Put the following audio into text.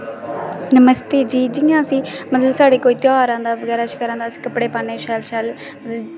नमस्ते जी जियां अस मतलब साढ़े कोई त्यहार आंदा बगैरा बगैरा अस कपड़े पान्ने शैल शैल